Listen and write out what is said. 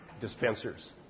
dispensers